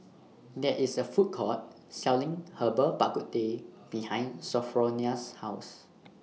There IS A Food Court Selling Herbal Bak Ku Teh behind Sophronia's House